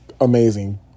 amazing